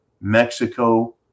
Mexico